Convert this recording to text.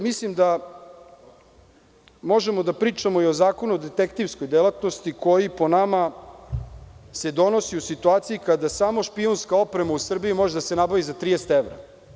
Mislim da možemo da pričamo i o Zakonu o detektivskoj delatnosti, koji se, po nama, donosi u situaciji kada samo špijunska oprema u Srbiji može da se nabavi za 30 evra.